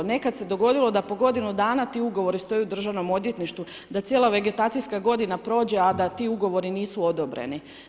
Nekad se dogodilo da po godinu dana ti ugovori stoje u državnom odvjetništvu, da cijela vegetacijska godina prošle, a da ti ugovori nisu odobreni.